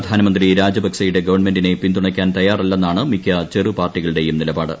പ്രധാന മന്ത്രി രാജപക്സേയുടെ ഗവൺമെന്റിനെ പിൻതുണയ്ക്കാൻ തയ്യാറല്ലെ്സ്റാണ് മിക്ക ചെറു പാർട്ടികളുടെയും നിലപാട്